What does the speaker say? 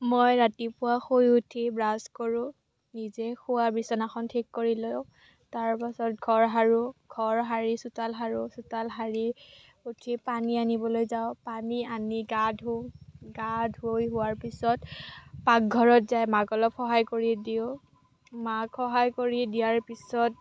মই ৰাতিপুৱা শুই উঠি ব্ৰাছ কৰোঁ নিজে শোৱা বিছনাখন ঠিক কৰি লৈ তাৰপাছত ঘৰ সাৰোঁ ঘৰ হাৰি চোতাল সাৰোঁ চোতাল সাৰি উঠি পানী আনিবলৈ যাওঁ পানী আনি গা ধোওঁ গা ধুই হোৱাৰ পিছত পাকঘৰত যাই মাক অলপ সহায় কৰি দিওঁ মাক সহায় কৰি দিয়াৰ পিছত